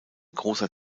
großer